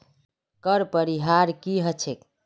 कर परिहार की ह छेक